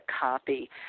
copy